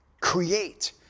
create